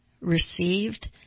received